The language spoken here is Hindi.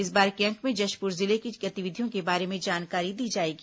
इस बार के अंक में जशपुर जिले की गतिविधियों के बारे में जानकारी दी जाएगी